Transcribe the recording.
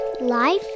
Life